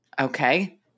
Okay